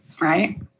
Right